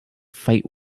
fight